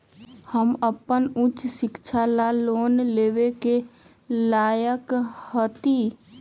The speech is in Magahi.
हम अपन उच्च शिक्षा ला लोन लेवे के लायक हती?